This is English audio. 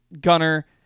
Gunner